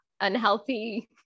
unhealthy